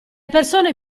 persone